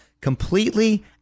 completely